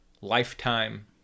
lifetime